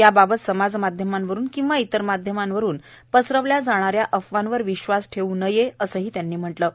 याबाबत समाजमाध्यमांवरून किंवा इतर माध्यमांवरुन पसरवल्या जाणाऱ्या अफवांवर विश्वास ठेवू नये असंही त्यांना म्हटलं आहे